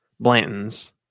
Blantons